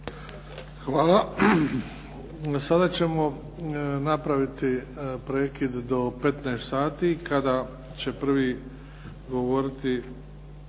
Hvala. Sada ćemo napraviti prekid do 15 sati kada će prvi govoriti